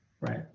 Right